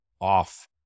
off